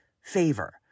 favor